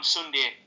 Sunday